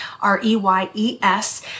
R-E-Y-E-S